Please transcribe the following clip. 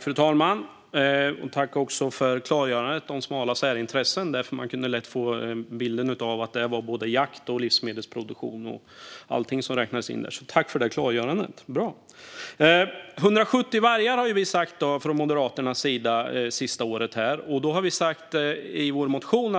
Fru talman! Jag vill tacka för klargörandet om smala särintressen. Man kunde lätt få bilden att såväl jakt som livsmedelsproduktion och allting räknades in där. Tack för klargörandet! Moderaterna har sista året sagt 170 vargar. När rovdjurspropositionen